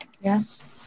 Yes